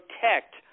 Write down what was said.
protect